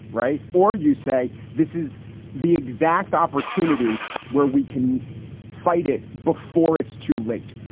right. or you say this is the exact opportunity where we can fight it before it's too late.